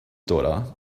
daughter